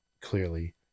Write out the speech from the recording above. clearly